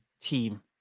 team